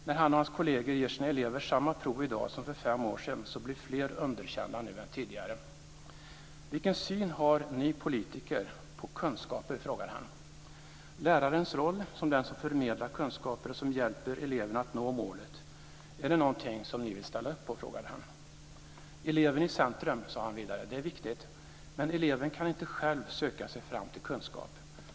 När han och hans kolleger ger sin elever samma prov i dag som för fem år sedan blir fler underkända nu än tidigare. Vilken syn har ni politiker på kunskaper? frågade han. Lärarens roll som den som förmedlar kunskaper och hjälper eleverna att nå målet, är det någonting som ni vill ställa upp på? frågade han. Vidare sade han: Eleven i centrum är viktigt, men eleven kan inte själv söka sig fram till kunskap.